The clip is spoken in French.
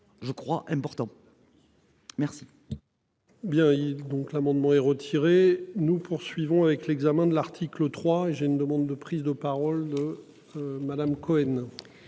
Je crois important. Merci.